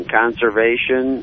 conservation